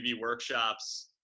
workshops